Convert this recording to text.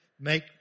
make